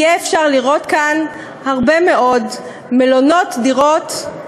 יהיה אפשר לראות כאן הרבה מאוד מלונות דירות,